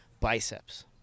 biceps